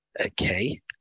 Okay